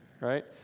right